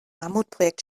mammutprojekt